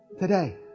Today